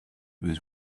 was